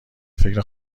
فکر